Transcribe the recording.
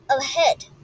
ahead